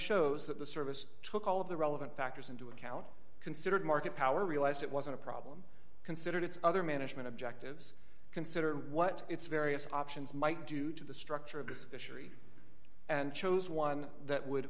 shows that the service took all of the relevant factors into account considered market power realized it wasn't a problem considered its other management objectives considered what its various options might do to the structure of this issue and chose one that would